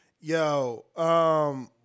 Yo